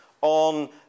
on